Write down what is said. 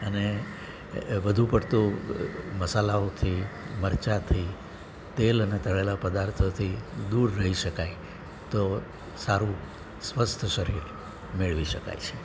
અને વધું પડતું મસાલાઓથી મરચાથી તેલ અને તળેલા પદાર્થોથી દૂર રહી શકાય તો સારું સ્વસ્થ શરીર મેળવી શકાય છે